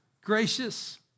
gracious